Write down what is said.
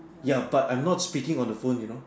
ya but I'm not speaking on the phone you know